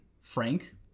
Frank